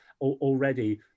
already